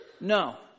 No